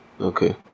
Okay